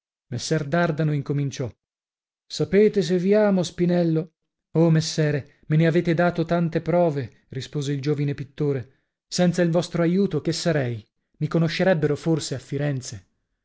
bardano incominciò sapete se vi amo spinello oh messere me ne avete dato tante prove rispose il giovine pittore senza il vostro aiuto che sarei mi conoscerebbero forse a firenze